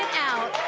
out.